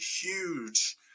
huge